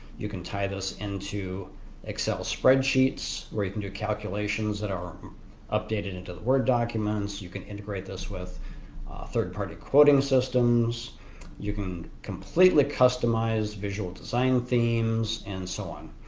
you can tie this into excel spreadsheets right into calculations that are updated into the word documents. you can integrate this with third-party quoting systems you can completely customize visual design themes and so on.